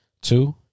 Two